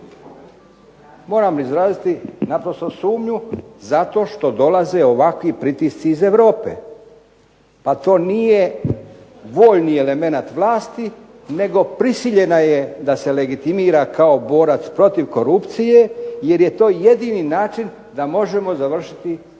Moram izraziti naprosto sumnju zato što dolaze ovakvi pritisci iz Europe, a to nije vojni elemenat vlasti, nego je prisiljena je da se legitimira kao borac protiv korupcije, jer je to jedini način da možemo završiti pregovore.